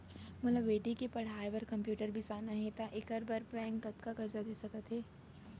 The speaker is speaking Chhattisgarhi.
मोला बेटी के पढ़ई बार कम्प्यूटर बिसाना हे त का एखर बर बैंक कतका करजा दे सकत हे?